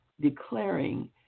declaring